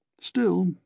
Still